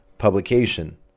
publication